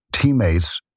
Teammates